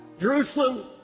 Jerusalem